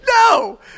No